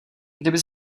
kdyby